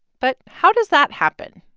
but how does that happen?